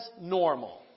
normal